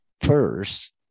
first